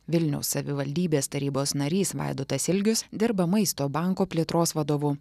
vilniaus savivaldybės tarybos narys vaidotas ilgius dirba maisto banko plėtros vadovu